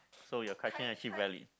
so your question actually valid